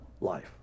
life